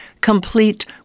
complete